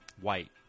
White